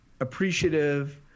appreciative